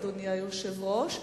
גברתי היושבת-ראש,